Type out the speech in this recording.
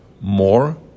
more